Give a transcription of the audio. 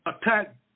attack